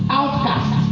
outcast